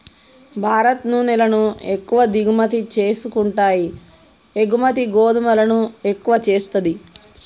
భారత్ నూనెలను ఎక్కువ దిగుమతి చేసుకుంటాయి ఎగుమతి గోధుమలను ఎక్కువ చేస్తది